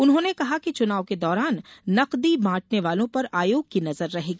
उन्होंने कहा कि चुनाव के दौरान नकदी बांटने वालों पर आयोग की नजर रहेगी